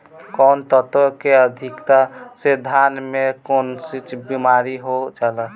कौन तत्व के अधिकता से धान में कोनची बीमारी हो जाला?